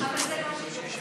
אבל זה לא שידור ציבורי.